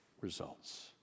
results